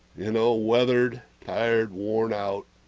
you know weathered tired worn-out